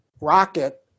Rocket